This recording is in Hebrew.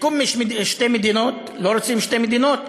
במקום שתי מדינות, לא רוצים שתי מדינות?